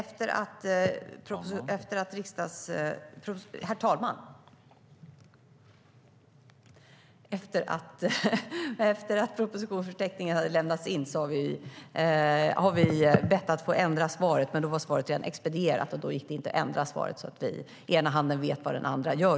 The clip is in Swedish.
Herr talman! Vi har bett att få ändra svaret efter att propositionsförteckningen hade lämnats in, men då var svaret redan expedierat och gick inte att ändra. Den ena handen vet vad den andra gör.